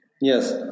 Yes